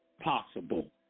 possible